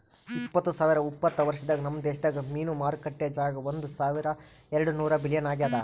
ಇಪ್ಪತ್ತು ಸಾವಿರ ಉಪತ್ತ ವರ್ಷದಾಗ್ ನಮ್ ದೇಶದ್ ಮೀನು ಮಾರುಕಟ್ಟೆ ಜಾಗ ಒಂದ್ ಸಾವಿರ ಎರಡು ನೂರ ಬಿಲಿಯನ್ ಆಗ್ಯದ್